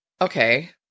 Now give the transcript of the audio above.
okay